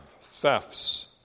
thefts